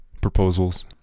proposals